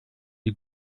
die